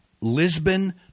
Lisbon